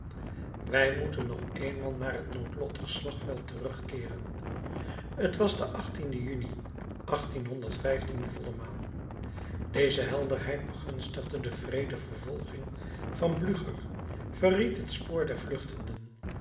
wij moeten nog eenmaal naar het noodlottig slagveld terugkeeren t was de juni volle maan deze helderheid begunstigde de wreede vervolging van blücher verried het spoor der vluchtenden